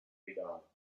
veganer